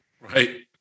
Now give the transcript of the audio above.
Right